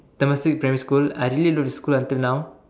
Temasek primary school I really love the school until now